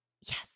Yes